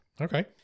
okay